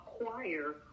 acquire